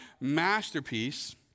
masterpiece